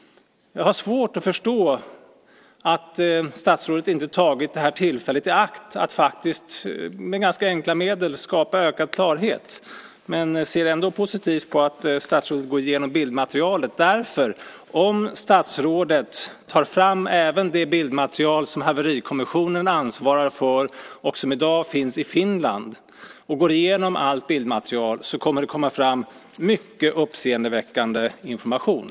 Jag har svårt att förstå att statsrådet inte tagit tillfället i akt och med faktiskt ganska enkla medel skapa ökad klarhet. Jag ser emellertid positivt på att statsrådet går igenom bildmaterialet, för om statsrådet även tar fram det bildmaterial som haverikommissionen ansvarar för, och som i dag finns i Finland, och går igenom allt bildmaterial kommer det att komma fram mycket uppseendeväckande information.